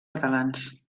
catalans